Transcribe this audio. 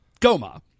Goma